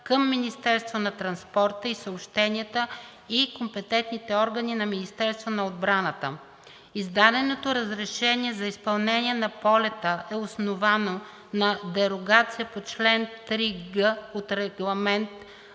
към Министерството на транспорта и съобщенията и компетентните органи на Министерството на отбраната. Издаденото разрешение за изпълнение на полета е основано на дерогация по чл. 3г от Регламент